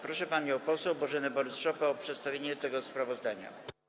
Proszę panią poseł Bożenę Borys-Szopę o przedstawienie tego sprawozdania.